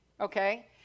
okay